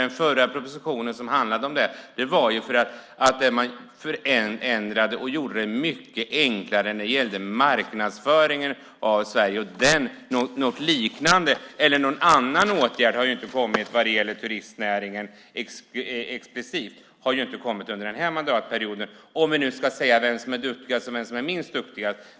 I den förra propositionen som handlade om detta förändrade man och gjorde det mycket enklare med marknadsföringen av Sverige. Någon annan åtgärd har inte vidtagits när det gäller explicit turistnäringen under denna mandatperiod, om man nu ska tala om vem som är duktigast och vem som är minst duktig.